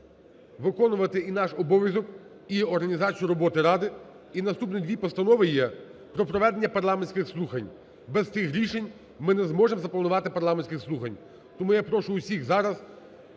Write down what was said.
виконувати і наш обов'язок, і організацію роботи Ради, і наступні дві постанови є про проведення парламентських слухань. Без цих рішень ми не можемо запланувати парламентські слухання. Тому я прошу всіх зараз